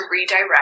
redirect